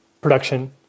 production